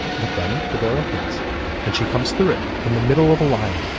but then the door opens and she comes through it in the middle of a line.